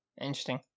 interesting